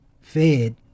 fed